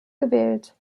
gewählt